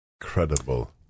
Incredible